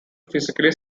physically